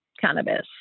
cannabis